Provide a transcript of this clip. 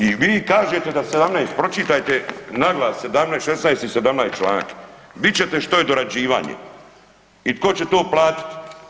I vi kažete da 17, pročitajte naglas 17., 16. i 17. članak, vidit ćete što je dorađivanje i tko će to platiti.